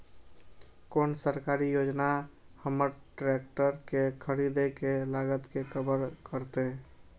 कोन सरकारी योजना हमर ट्रेकटर के खरीदय के लागत के कवर करतय?